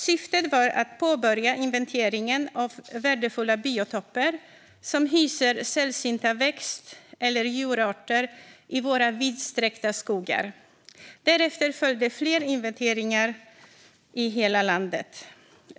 Syftet var att påbörja inventeringen av värdefulla biotoper som hyser sällsynta växt eller djurarter i våra vidsträckta skogar. Därefter följde fler inventeringar i hela landet.